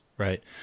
Right